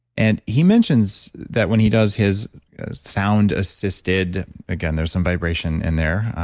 and he mentions that when he does his sound assisted again, there's some vibration in there,